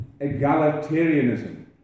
egalitarianism